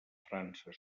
frança